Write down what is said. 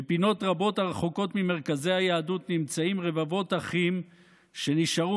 בפינות רבות הרחוקות ממרכזי היהדות נמצאים רבבות אחים שנשארו